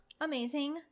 amazing